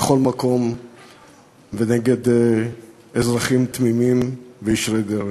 בכל מקום ונגד אזרחים תמימים וישרי דרך.